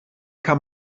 kann